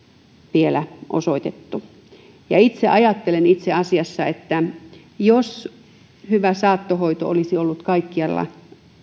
vielä osoitettu itse ajattelen itse asiassa että jos hyvä saattohoito olisi ollut kaikkialla